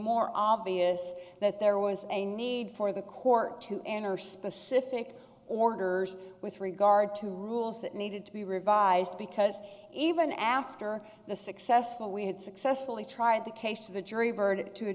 more obvious that there was a need for the court to enter specific orders with regard to rules that needed to be revised because even after the successful we had successfully tried the case to the jury verdict to a